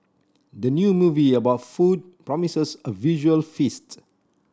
the new movie about food promises a visual feast